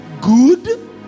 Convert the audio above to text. good